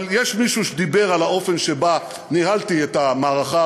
אבל יש מישהו שדיבר על האופן שבו ניהלתי את המערכה